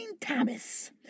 Thomas